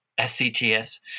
SCTS